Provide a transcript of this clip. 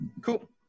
Cool